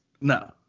No